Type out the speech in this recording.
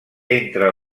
entre